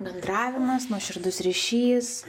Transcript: bendravimas nuoširdus ryšys